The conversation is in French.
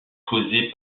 causée